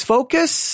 Focus